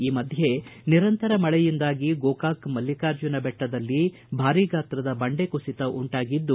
ಈ ಮಧ್ಯೆ ನಿರಂತರ ಮಳೆಯಿಂದಾಗಿ ಗೋಕಾಕ ಮಲ್ಲಿಕಾರ್ಜುನ ಬೆಟ್ಟದಲ್ಲಿ ಭಾರೀ ಗಾತ್ರದ ಬಂಡೆಕುಸಿತ ಉಂಟಾಗಿದ್ದು